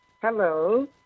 Hello